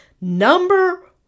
number